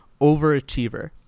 overachiever